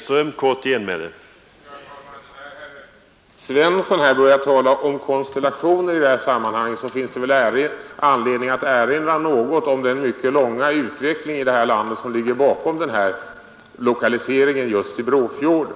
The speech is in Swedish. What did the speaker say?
Herr talman! När herr Svensson i Kungälv börjar tala om konstellationer i det här sammanhanget finns det anledning att något erinra om den mycket långa utveckling i det här landet som ligger bakom lokaliseringen just till Brofjorden.